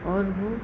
और वह